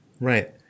right